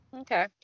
okay